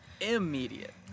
Immediate